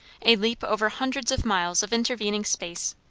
a leap over hundreds of miles of intervening space,